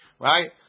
right